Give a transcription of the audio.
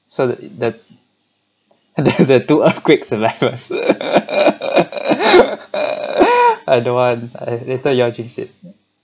so the that the the two earthquakes survivors I don't want later you all jinx it